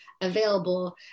available